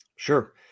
Sure